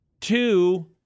two –